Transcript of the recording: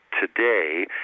Today